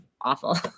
awful